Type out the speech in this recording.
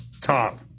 top